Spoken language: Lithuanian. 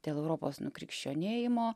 dėl europos nukrikščionėjimo